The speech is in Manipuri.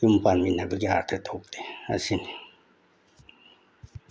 ꯌꯨꯝ ꯄꯥꯟꯃꯤꯟꯅꯕꯒꯤ ꯑꯥꯔꯊ ꯊꯣꯛꯇꯦ ꯑꯁꯤꯅꯤ